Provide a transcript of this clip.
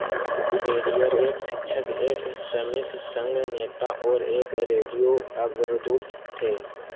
फेरियर एक शिक्षक एक श्रमिक संघ नेता और एक रेडियो अग्रदूत थे